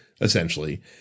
essentially